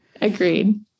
Agreed